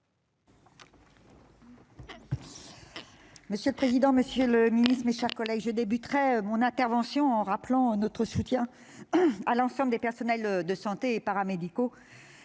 Monsieur le président, monsieur le ministre, mes chers collègues, je souhaite d'abord réitérer notre soutien à l'ensemble des personnels de santé et paramédicaux,